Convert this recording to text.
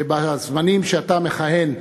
שבזמנים שאתה מכהן